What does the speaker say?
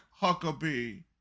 Huckabee